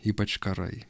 ypač karai